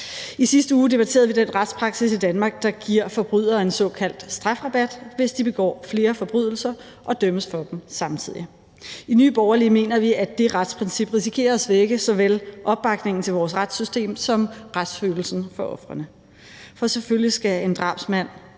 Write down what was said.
I sidste uge debatterede vi den retspraksis i Danmark, der giver forbrydere en såkaldt strafrabat, hvis de begår flere forbrydelser og dømmes for dem samtidig. I Nye Borgerlige mener vi, at det retsprincip risikerer at svække såvel opbakningen til vores retssystem som retsfølelsen for ofrene. For selvfølgelig skal der for en drabsmand